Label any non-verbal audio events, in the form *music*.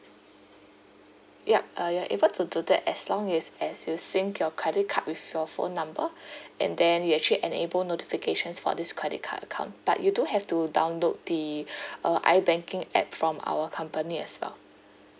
yup uh you're able to do that as long is as you sync your credit card with your phone number *breath* and then you actually enable notifications for this credit card account but you do have to download the uh ibanking app from our company as well